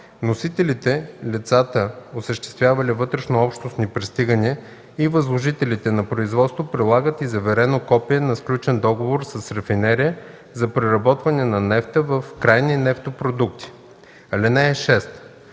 Вносителите, лицата, осъществявали вътрешнообщностни пристигания, и възложителите на производство прилагат и заверено копие на сключен договор с рафинерия за преработване на нефта в крайни нефтопродукти. (6)